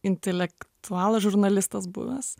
intelektualas žurnalistas buvęs